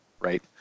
right